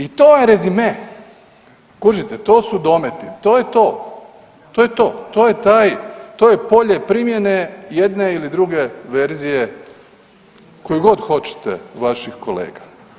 I to je rezime kužite to su dometi, to je to, to je to, to je taj, to je polje primjene jedne ili druge verzije koju god hoćete vaših kolega.